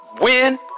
win